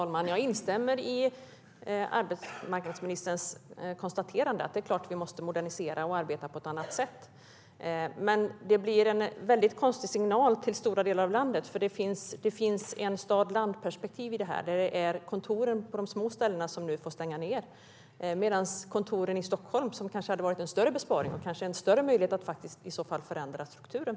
Herr talman! Jag instämmer i arbetsmarknadsministerns konstaterande, att Arbetsförmedlingen måste moderniseras så att den kan arbeta på ett annat sätt. Men det blir en väldigt konstig signal till stora delar av landet. Det finns ett stads och landsbygdsperspektiv här. Det är kontoren på de små orterna som nu får stänga ned medan kontoren i Stockholm - där möjligheten att förändra strukturen kanske hade varit större - får finnas kvar.